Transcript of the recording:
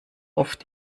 oft